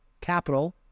capital